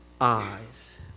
eyes